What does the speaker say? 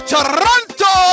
Toronto